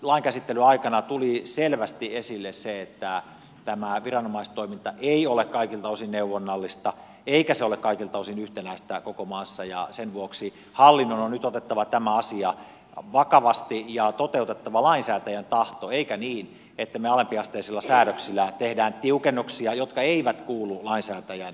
tässä lainkäsittelyn aikana tuli selvästi esille se että tämä viranomaistoiminta ei ole kaikilta osin neuvonnallista eikä se ole kaikilta osin yhtenäistä koko maassa ja sen vuoksi hallinnon on nyt otettava tämä asia vakavasti ja toteutettava lainsäätäjän tahto eikä niin että me alempiasteisilla säädöksillä teemme tiukennuksia jotka eivät kuulu lainsäätäjän tahtotilaan